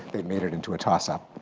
they've made it into a toss-up.